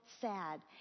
Sad